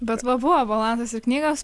bet va buvo balansas ir knygos